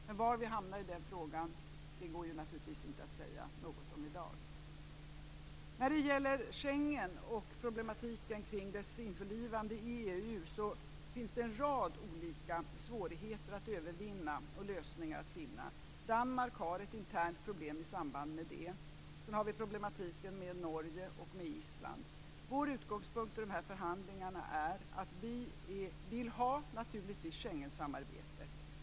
Men var vi hamnar i den frågan går det naturligtvis inte att säga något om i dag. När det gäller Schengen och problematiken kring dess införlivande i EU finns det en rad olika svårigheter att övervinna och lösningar att finna. Danmark har ett internt problem i samband med det, och sedan har vi problematiken med Norge och Island. Vår utgångspunkt i förhandlingarna är att vi vill ha Schengensamarbetet.